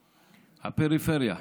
הפריפריה.